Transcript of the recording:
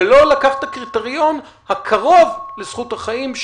ולא לקחת את הקריטריון הקרוב לזכות החיים,